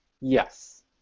Yes